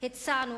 הצענו